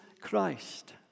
Christ